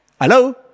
Hello